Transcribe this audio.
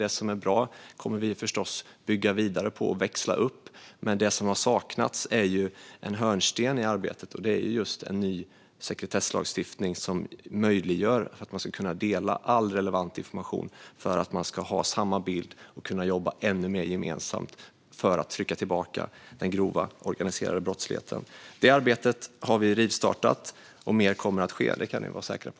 Det som är bra kommer vi förstås att bygga vidare på och växla upp. Det som dock har saknats är en hörnsten i arbetet, nämligen en ny sekretesslagstiftning som möjliggör att myndigheterna delar all relevant information för att de ska ha samma bild och kunna jobba ännu mer gemensamt för att trycka tillbaka den grova organiserade brottsligheten. Detta arbete har vi rivstartat, och mer kommer att ske; det kan ni vara säkra på.